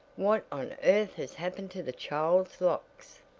what on earth has happened to the child's locks?